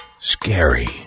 scary